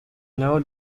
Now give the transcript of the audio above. know